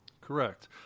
Correct